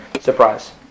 surprise